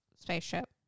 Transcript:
spaceship